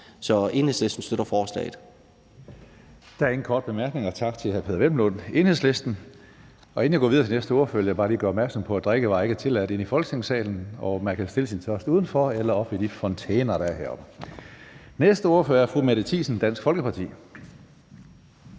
Så Enhedslisten støtter forslaget.